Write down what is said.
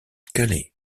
calais